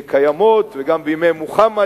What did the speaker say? וגם בימי מוחמד,